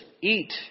Eat